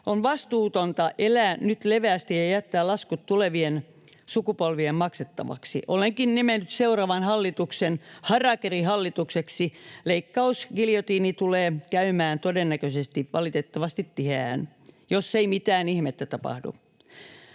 On vastuutonta elää nyt leveästi ja jättää laskut tulevien sukupolvien maksettavaksi. Olenkin nimennyt seuraavan hallituksen harakiri-hallitukseksi. Leikkausgiljotiini tulee käymään todennäköisesti valitettavan tiheään, jos ei mitään ihmettä tapahdu.